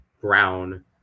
brown